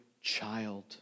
child